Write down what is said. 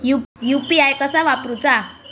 UPI कसा वापरूचा?